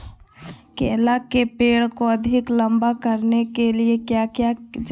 केला के पेड़ को अधिक लंबा करने के लिए किया किया जाए?